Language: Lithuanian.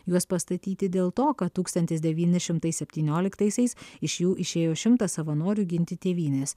juos pastatyti dėl to kad tūkstantis devyni šimtai septynioliktaisiais iš jų išėjo šimtas savanorių ginti tėvynės